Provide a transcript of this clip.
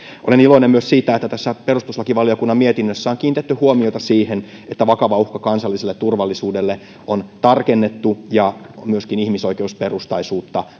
olen iloinen myös siitä että tässä perustuslakivaliokunnan mietinnössä on kiinnitetty huomiota siihen että vakava uhka kansalliselle turvallisuudelle on tarkennettu ja myöskin ihmisoikeusperustaisuutta